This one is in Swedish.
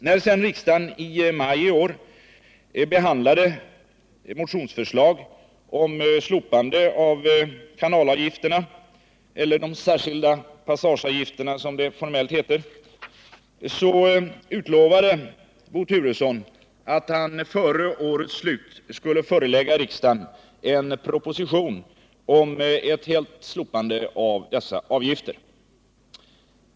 När sedan riksdagen i maj i år behandlade motionsförslag om slopande av kanalavgifterna — eller de särskilda passageavgifterna som det formellt heter — utlovade Bo Turesson att han före årets slut skulle förelägga riksdagen en proposition om fullständigt slopande av dessa avgifter.